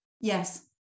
Yes